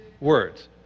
words